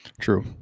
True